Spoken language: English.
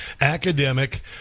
academic